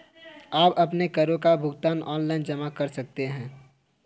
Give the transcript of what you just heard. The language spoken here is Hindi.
आप अपने करों का भुगतान ऑनलाइन जमा कर सकते हैं